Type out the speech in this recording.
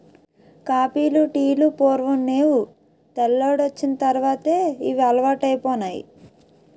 కాపీలు టీలు పూర్వం నేవు తెల్లోడొచ్చిన తర్వాతే ఇవి అలవాటైపోనాయి